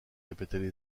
répétaient